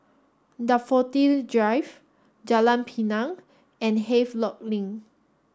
Daffodil Drive Jalan Pinang and Havelock Link